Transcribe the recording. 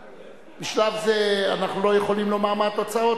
בשלב זה אנחנו לא יכולים לומר מה התוצאות,